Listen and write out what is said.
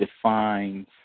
defines –